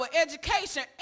education